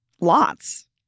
lots